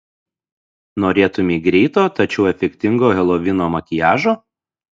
norėtumei greito tačiau efektingo helovino makiažo